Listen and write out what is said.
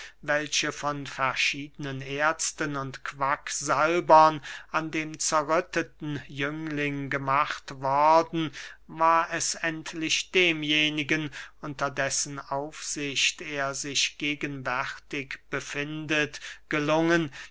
welche von verschiedenen ärzten und quacksalbern an dem zerrütteten jüngling gemacht worden war es endlich demjenigen unter dessen aufsicht er sich gegenwärtig befindet gelungen